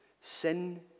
Sin